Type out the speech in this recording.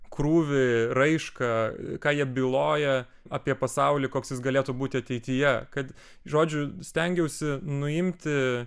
krūvį raišką ką jie byloja apie pasaulį koks jis galėtų būti ateityje kad žodžiu stengiausi nuimti